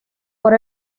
por